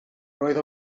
roedd